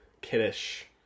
kiddish